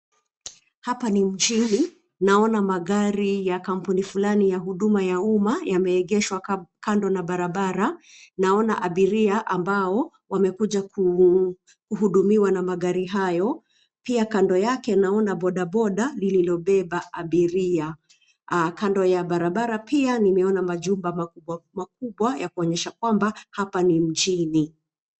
Hapa ni mjini, naona magari ya kampuni fulani ya huduma ya umma yameegeshwa kando na barabara. Naona abiria ambao wamekuja kuhudumiwa na magari hayo. Pia kando yake naona bodaboda lililobeba abiria. Kando ya barabara pia nimeona majumba makubwa makubwa ya kuonyesha kua hapa ni mjini.